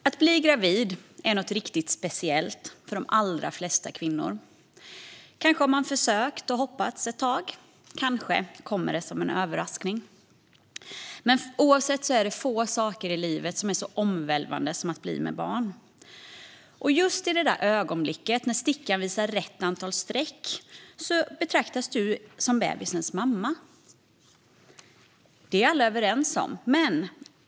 Fru talman! Att bli gravid är något riktigt speciellt för de allra flesta kvinnor. Kanske har man försökt och hoppats ett tag, kanske kommer det som en överraskning. Oavsett vilket är det få saker i livet som är så omvälvande som att bli med barn. Och just i det där ögonblicket när stickan visar rätt antal streck betraktas du som bebisens mamma. Det är alla överens om.